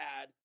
add